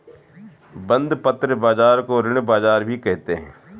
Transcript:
बंधपत्र बाज़ार को ऋण बाज़ार भी कहते हैं